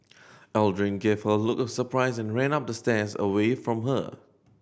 Aldrin gave her a look of surprise and ran up the stairs away from her